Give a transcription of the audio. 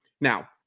Now